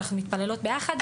מתפללות ביחד,